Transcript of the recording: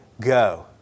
go